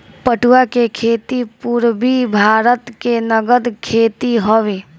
पटुआ के खेती पूरबी भारत के नगद खेती हवे